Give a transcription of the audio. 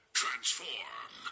transform